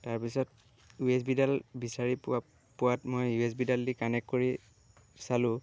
তাৰ পিছত ইউএছবিডাল বিচাৰি পোৱা পোৱাত মই ইউএছবিডাল দি কানেক্ট কৰি চালোঁ